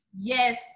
Yes